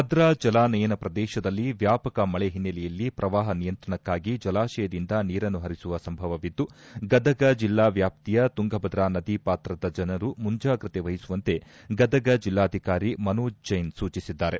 ಭದ್ರಾ ಜಲಾನಯನ ಪ್ರದೇಶದಲ್ಲಿ ವ್ಯಾಪಕ ಮಳೆ ಹಿನ್ನಲೆಯಲ್ಲಿ ಪ್ರವಾಪ ನಿಯಂತ್ರಣಕ್ಕಾಗಿ ಜಲಾಶಯದಿಂದ ನೀರನ್ನು ಹರಿಸುವ ಸಂಭವವಿದ್ದು ಗದಗ ಜಿಲ್ಲಾ ವ್ಯಾಪ್ತಿಯ ತುಂಗಾಭದ್ರಾ ನದಿ ಪಾತ್ರದ ಜನರು ಮುಂಜಾಗ್ರತೆ ವಹಿಸುವಂತೆ ಗದಗ ಜಿಲ್ಲಾಧಿಕಾರಿ ಮನೋಜ್ ಡೈನ್ ಸೂಟಿಸಿದ್ದಾರೆ